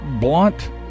blunt